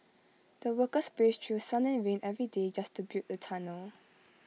the workers braved through sun and rain every day just to build the tunnel